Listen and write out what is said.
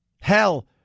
Hell